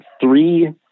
three